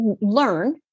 learn